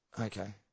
Okay